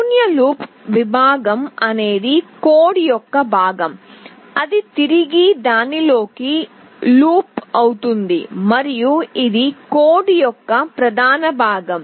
శూన్య లూప్ విభాగం అనేది కోడ్ యొక్క భాగం అది తిరిగి దానిలోకి లూప్ అవుతుంది మరియు ఇది కోడ్ యొక్క ప్రధాన భాగం